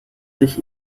sich